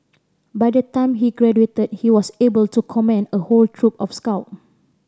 by the time he graduated he was able to command a whole troop of scout